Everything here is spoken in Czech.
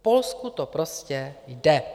V Polsku to prostě jde.